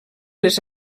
les